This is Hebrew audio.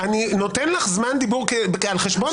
אני נותן לך זמן דיבור על חשבון זמן דיבור של אחרים.